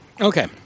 Okay